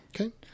Okay